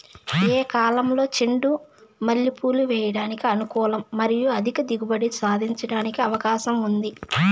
ఏ కాలంలో చెండు మల్లె పూలు వేయడానికి అనుకూలం మరియు అధిక దిగుబడి సాధించడానికి అవకాశం ఉంది?